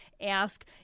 ask